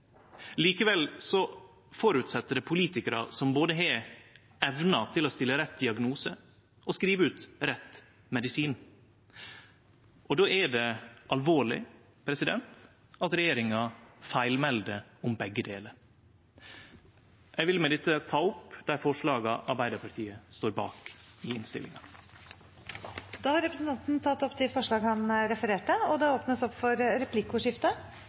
Likevel føreset det politikarar som har evna til både å stille rett diagnose og skrive ut rett medisin. Då er det alvorleg at regjeringa feilmelder om begge delar. Eg vil med dette ta opp dei forslaga Arbeidarpartiet står bak i innstillinga. Representanten Fredric Holen Bjørdal har tatt opp de forslagene han refererte til. Det blir replikkordskifte.